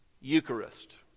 Eucharist